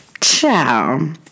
ciao